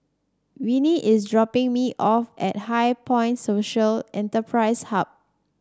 Winnie is dropping me off at HighPoint Social Enterprise Hub